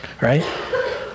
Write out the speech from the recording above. right